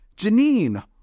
Janine